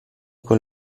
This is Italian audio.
quel